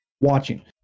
watching